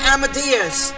Amadeus